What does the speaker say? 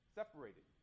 separated